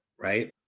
right